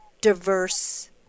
diverse